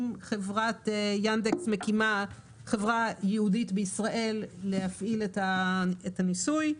אם חברת יאנדקס מקימה חברה ייעודית בישראל להפעלת הניסוי,